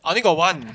I only got one